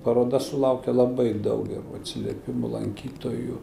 paroda sulaukė labai daug gerų atsiliepimų lankytojų